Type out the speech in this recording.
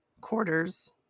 quarters